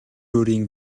өөрийн